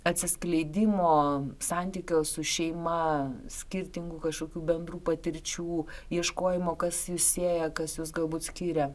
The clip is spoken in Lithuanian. atsiskleidimo santykio su šeima skirtingų kažkokių bendrų patirčių ieškojimo kas jus sieja kas jus galbūt skiria